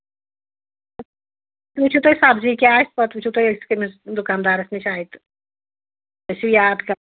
تُہۍ وٕچھِو تُہۍ سَبزی کیٛاہ آسہِ پَتہٕ وٕچھِو تُہۍ أسۍ کٔمِس دُکان دارَس نِش آے تہٕ تُہۍ یاد کہ